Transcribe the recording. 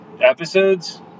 episodes